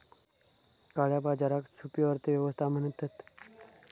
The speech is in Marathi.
काळया बाजाराक छुपी अर्थ व्यवस्था म्हणतत